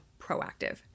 proactive